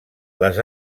les